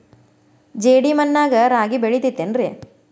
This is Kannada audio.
ಜೇಡಿ ಮಣ್ಣಾಗ ರಾಗಿ ಬೆಳಿತೈತೇನ್ರಿ?